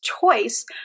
choice